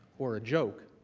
for a joke